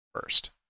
first